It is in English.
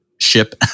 ship